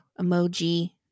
Emoji